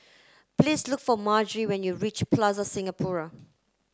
please look for Margery when you reach Plaza Singapura